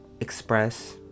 express